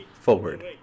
forward